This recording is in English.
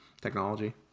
technology